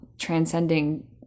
transcending